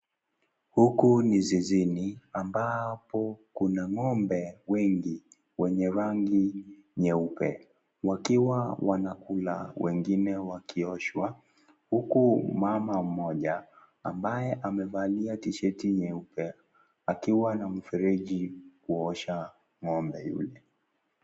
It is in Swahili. Huku ni zizini ambapo kuna ng'ombe wengi wenye rangi nyeupe wakiwa wanakula wengine wakioshwa huku mama mmoja ambaye amevalia tishati nyeupe akiwa na mfereji kuosha ng'ombe huyu.